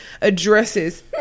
addresses